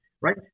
Right